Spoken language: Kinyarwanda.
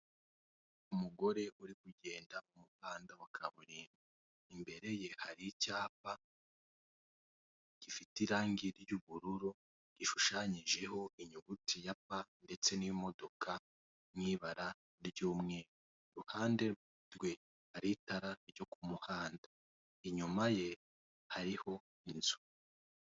Umugore uri kugenda mu muhanda wa kaburimbo imbere ye hari icyapa gifite irange ry'ubururu gishushanyijeho inyuguti ya pa ndetse n'imodoka mu ibara ry'umweru, iruhande rwe hari itara ryo ku muhanda, inyuma ye hariho inzu.